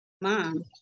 mom